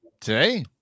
today